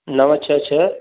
नव छह छह